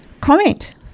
comment